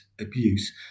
abuse